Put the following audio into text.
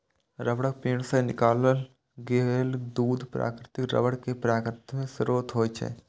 रबड़क पेड़ सं निकालल गेल दूध प्राकृतिक रबड़ के प्राथमिक स्रोत होइ छै